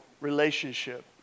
relationship